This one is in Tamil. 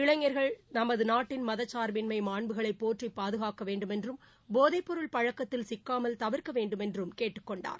இளைஞர்கள் நமது நாட்டின் மதச்சார்பின்மை மாண்புகளை போற்றி பாதுகாக்க வேண்டுமென்றும் போதைப்பொருள் பழக்கத்தில் சிக்காமல் தவிர்க்க வேண்டுமென்றும் கேட்டுக் கொண்டார்